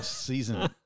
season